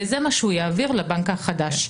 וזה מה שהוא יעביר לבנק החדש.